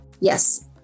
yes